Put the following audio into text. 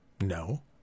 No